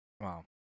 Wow